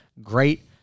Great